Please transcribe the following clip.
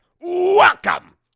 welcome